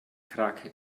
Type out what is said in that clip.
krake